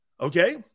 Okay